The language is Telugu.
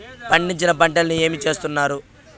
పండించిన పంటలని ఏమి చేస్తున్నారు?